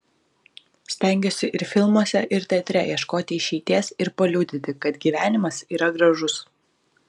stengiuosi ir filmuose ir teatre ieškoti išeities ir paliudyti kad gyvenimas yra gražus